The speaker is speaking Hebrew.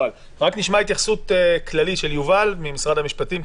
נשמע התייחסות כללית של יובל ממשרד המשפטים,